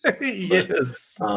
Yes